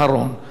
מעל,